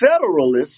Federalists